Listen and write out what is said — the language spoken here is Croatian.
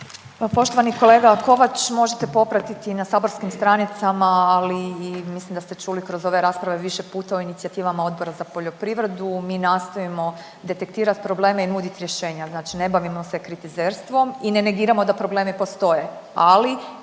Poštovani kolega Kovač, možete popratiti i na saborskim stranicama, ali i mislim da ste čuli kroz ove rasprave više puta o inicijativama Odbora za poljoprivredu, mi nastojimo detektirati probleme i nuditi rješenja, znači ne bavimo se kritizerstvom i ne negiramo da problemi postoje,